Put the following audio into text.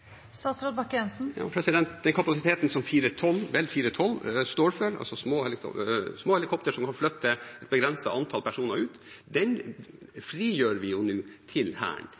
står for, altså små helikoptre som kan flytte et begrenset antall personer ut, frigjør vi nå til Hæren